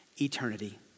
eternity